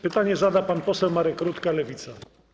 Pytanie zada pan poseł Marek Rutka, Lewica.